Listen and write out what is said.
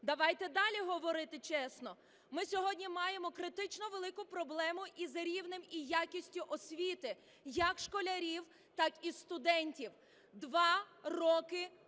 Давайте далі говорити чесно. Ми сьогодні маємо критично велику проблему із рівнем і якістю освіти як школярів, так і студентів, два роки в